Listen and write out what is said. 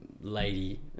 lady